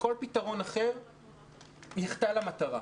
כל פתרון אחר יחטא למטרה.